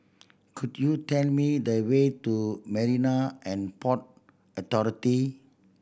could you tell me the way to Marine And Port Authority